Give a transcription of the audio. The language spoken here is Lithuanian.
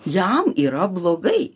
jam yra blogai